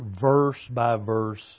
verse-by-verse